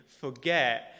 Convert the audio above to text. forget